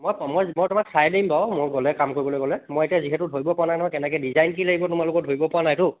মই মই মই তোমাক চাই দিম বাৰু মই গ'লে কাম কৰিবলৈ গ'লে মই এতিয়া যিহেতু ধৰিব পৰা নাই নহয় কেনেকৈ ডিজাইন কি লাগিব তোমালোকৰ ধৰিব পৰা নাইতো